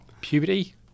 Puberty